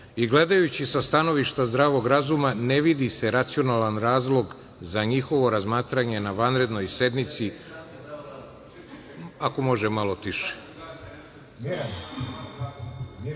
i gledajući sa stanovišta zdravog razuma ne vidi ne racionalan razlog za njihovo razmatranje na vanrednoj sednici, ako može malo tiše,